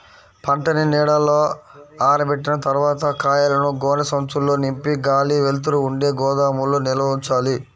పంటని నీడలో ఆరబెట్టిన తర్వాత కాయలను గోనె సంచుల్లో నింపి గాలి, వెలుతురు ఉండే గోదాముల్లో నిల్వ ఉంచాలి